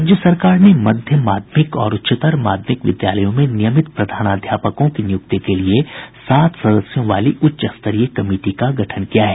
राज्य सरकार ने मध्य माध्यमिक और उच्चतर माध्यमिक विद्यालयों में नियमित प्रधानाध्यापकों की नियुक्ति के लिए सात सदस्यों वाली उच्चस्तरीय कमिटी का गठन किया है